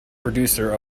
producer